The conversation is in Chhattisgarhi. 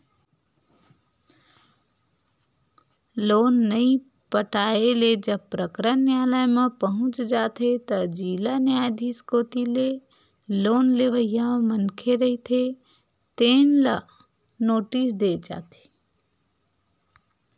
लोन नइ पटाए ले जब प्रकरन नियालय म पहुंच जाथे त जिला न्यायधीस कोती ले लोन लेवइया मनखे रहिथे तेन ल नोटिस दे जाथे